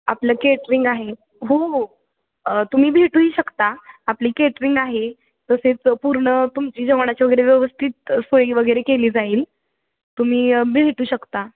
आपलं केटरिंग आहे हो हो तुम्ही भेटूही शकता आपली केटरिंग आहे तसेच पूर्ण तुमची जेवणाची वगैरे व्यवस्थित सोयी वगैरे केली जाईल तुम्ही भेटू शकता